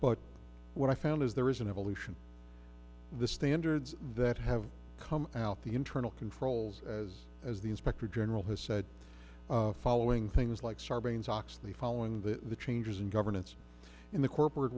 but what i found is there is an evolution in the standards that have come out the internal controls as as the inspector general has said following things like sarbanes oxley following the changes in governance in the corporate